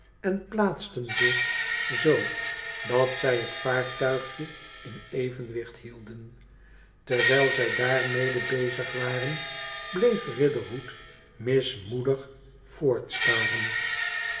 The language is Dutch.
en plaatsten zich z dat zij het vaartuigje in evenwicht hielden terwijl zij daarmede bezig waren bleef riderhood mismoedig